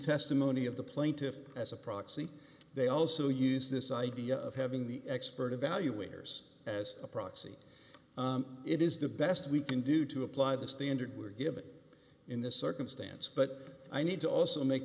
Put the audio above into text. testimony of the plaintiffs as a proxy they also use this idea of having the expert evaluators as a proxy it is the best we can do to apply the standard were given in this circumstance but i need to also make